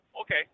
okay